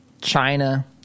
China